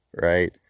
Right